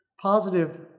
positive